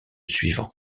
suivant